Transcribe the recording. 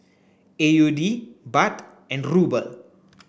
A U D Baht and Ruble